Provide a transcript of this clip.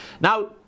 Now